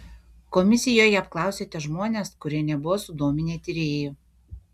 komisijoje apklausėte žmones kurie nebuvo sudominę tyrėjų